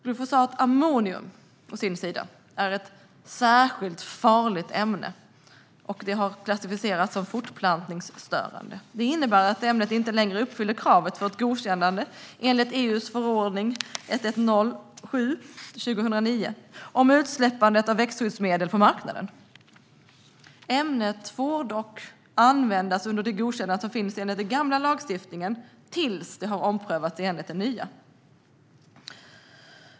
Glufosinatammonium är ett särskilt farligt ämne och har klassificerats som fortplantningsstörande. Det innebär att ämnet inte längre uppfyller kraven för ett godkännande enligt EU:s förordning 1107/2009 om utsläppande av växtskyddsmedel på marknaden. Ämnet får dock användas under det godkännande som finns enligt den gamla lagstiftningen tills det har omprövats enligt den nya.